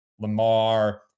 Lamar